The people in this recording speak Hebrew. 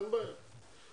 אין בעיה.